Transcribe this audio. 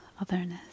otherness